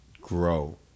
grow